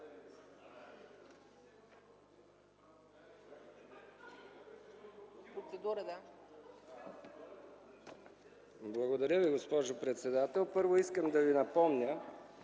Благодаря Ви, госпожо председател. Първо, искам да Ви напомня,